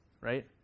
right